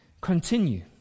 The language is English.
continue